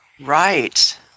Right